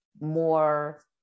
more